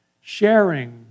sharing